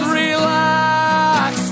relax